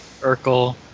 Urkel